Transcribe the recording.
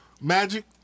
Magic